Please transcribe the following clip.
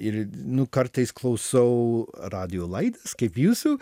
ir nu kartais klausau radijo laidas kaip jūsų